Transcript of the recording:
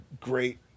great